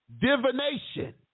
divination